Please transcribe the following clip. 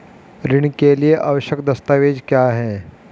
ऋण के लिए आवश्यक दस्तावेज क्या हैं?